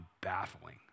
baffling